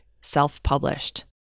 self-published